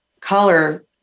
color